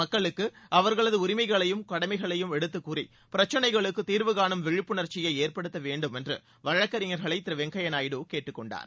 மக்களுக்கு அவர்களது உரிமைகளையும் கடமைகளையும் எடுத்துக் கூறி பிரச்சனைகளுக்கு தீர்வுகானும் விழிப்புணர்ச்சியை ஏற்படுத்த வேண்டுமென்று வழக்கறிஞர்களை திரு வெங்கையா நாயுடு கேட்டுக்கொண்டார்